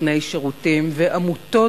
נותני שירותים ועמותות,